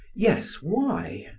yes why?